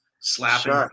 slapping